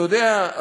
אתה יודע,